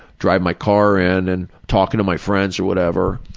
drive my car in and talking to my friends or whatever.